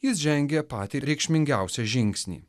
jis žengė patį reikšmingiausią žingsnį